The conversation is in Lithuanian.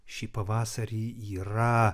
šį pavasarį yra